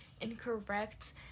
incorrect